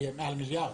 יהיה מעל מיליארד?